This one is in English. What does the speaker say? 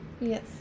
yes